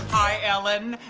hi, ellen.